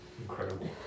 Incredible